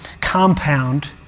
compound